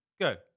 good